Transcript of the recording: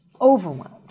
Overwhelmed